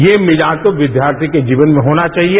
ये मिजाज तो विद्यार्थी के जीवन में होना चाहिए